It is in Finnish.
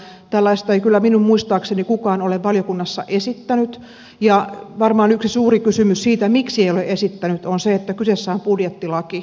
tällaista ei kyllä minun muistaakseni kukaan ole valiokunnassa esittänyt ja varmaan yksi suuri syy siihen miksi ei ole esittänyt on se että kyseessä on budjettilaki